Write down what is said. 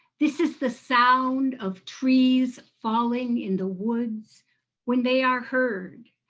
this is the sound of trees falling in the woods when they are heard,